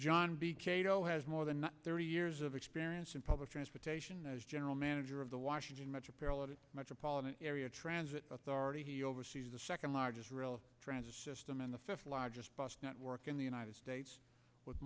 john b cato has more than thirty years of experience in public transportation as general manager of the washington metropolitan metropolitan area transit authority he oversees the second largest rail transit system in the fifth largest bus network in the united states with